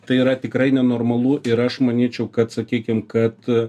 tai yra tikrai nenormalu ir aš manyčiau kad sakykim kad